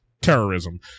terrorism